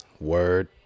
Word